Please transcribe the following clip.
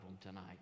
tonight